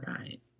right